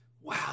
Wow